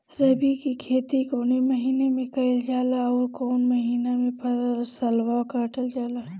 रबी की खेती कौने महिने में कइल जाला अउर कौन् महीना में फसलवा कटल जाला?